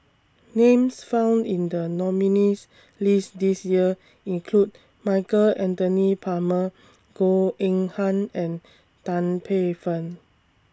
Names found in The nominees' list This Year include Michael Anthony Palmer Goh Eng Han and Tan Paey Fern